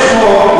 יש חוק,